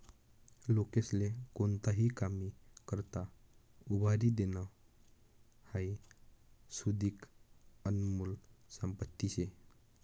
लोकेस्ले कोणताही कामी करता उभारी देनं हाई सुदीक आनमोल संपत्ती शे